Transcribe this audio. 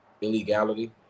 illegality